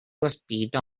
usb